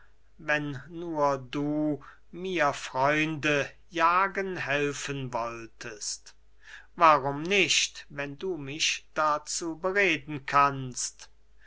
wenn nur du mir freunde jagen helfen wolltest warum nicht wenn du mich dazu bereden kannst